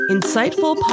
Insightful